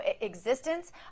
existence